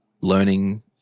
learning